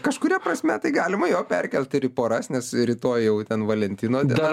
kažkuria prasme tai galima jo perkelt ir į poras nes rytoj jau ten valentino diena